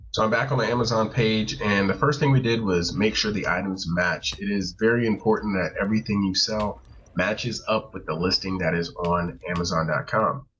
so i'm back on the amazon page and the first thing we did was make sure the items match, it is very important that everything you sell matches up with the listing that is on amazon com.